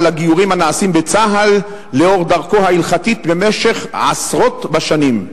לגיורים הנעשים בצה"ל לאור דרכו ההלכתית במשך עשרות בשנים.